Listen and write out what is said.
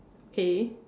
okay